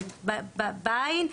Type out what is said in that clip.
זה בעין,